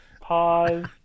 Pause